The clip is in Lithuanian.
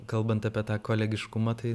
kalbant apie tą kolegiškumą tai